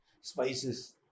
spices